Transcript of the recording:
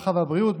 הרווחה והבריאות,